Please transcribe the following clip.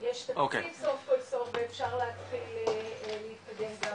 יש לנו תקציב סוף כל סוף ואפשר להתחיל להתקדם גם